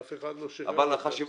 אף אחד לא שחרר אתכם.